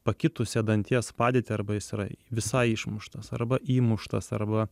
pakitusią danties padėtį arba jis yra visai išmuštas arba įmuštas arba